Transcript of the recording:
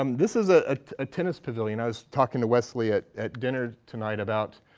um this is a ah ah tennis pavilion. i was talking to wesley at at dinner tonight about